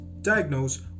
diagnose